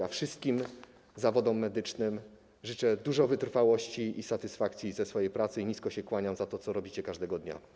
A wszystkim zawodom medycznym życzę dużo wytrwałości i satysfakcji ze swojej pracy i nisko się kłaniam za to, co robicie każdego dnia.